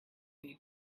need